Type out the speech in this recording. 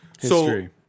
History